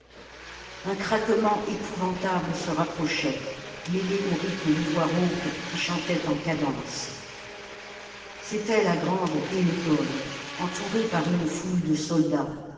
un craquement épouvantable se rapprochait mêlé au rythme de voix rauques qui chantaient en cadence c'était la grande hélépole entourée par une foule de soldats